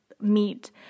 meet